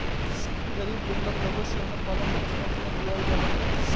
गरीब लोग लाक लघु ऋण पालन पोषनेर तने दियाल जाहा